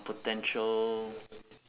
potential